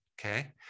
Okay